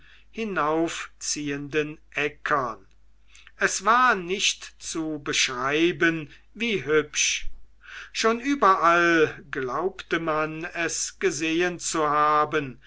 hinaufziehenden äckern es war nicht zu beschreiben wie hübsch schon überall glaubte man es gesehen zu haben